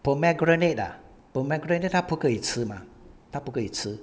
pomegranate ah pomegranate 她不可以吃吗她不可以吃